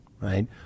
right